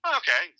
okay